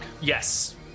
yes